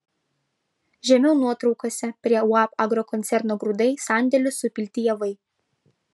žemiau nuotraukose prie uab agrokoncerno grūdai sandėlių supilti javai